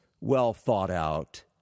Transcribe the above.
well-thought-out